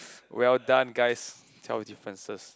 well done guys tell the differences